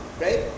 right